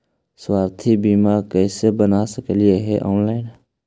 स्वास्थ्य बीमा कैसे बना सकली हे ऑनलाइन?